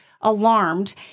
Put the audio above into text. alarmed